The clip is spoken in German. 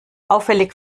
auffällig